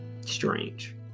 Strange